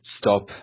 stop